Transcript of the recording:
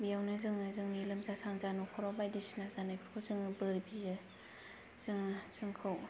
बेयावनो जोंङो जोंनि लोमजा साजा नखराव बायदिसिना जानायखौफोरखौ जोंङो बोर बियो जोंङो जोंखौ